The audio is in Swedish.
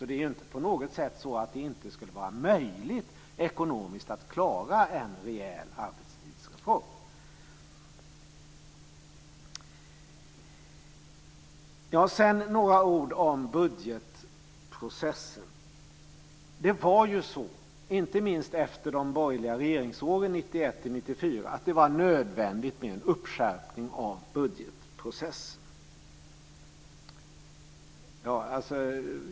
Det är inte på något sätt så att det inte skulle vara ekonomiskt möjligt att klara en rejäl arbetstidsreform. Sedan några ord om budgetprocessen. Det var ju så, inte minst efter de borgerliga regeringsåren 1991 1994, att det var nödvändigt med en skärpning av budgetprocessen.